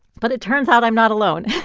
but it turns out i'm not alone.